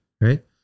Right